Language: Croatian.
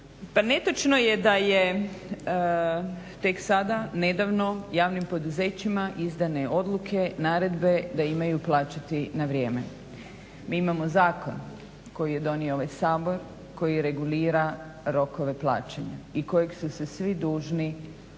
netočno je da je tek sada, nedavno javnim poduzećima izdane odluke, naredbe da imaju plaćati na vrijeme. Mi imamo zakon koji je donio ovaj Sabor, koji regulira rokove plaćanja i kojeg su se svi dužni